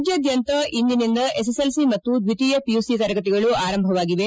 ರಾಜ್ಡಾದ್ಯಂತ ಇಂದಿನಿಂದ ಎಸ್ಎಲ್ಸಿ ಮತ್ತು ದ್ವಿತೀಯ ಪಿಯುಸಿ ತರಗತಿಗಳು ಆರಂಭವಾಗಿವೆ